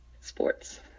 Sports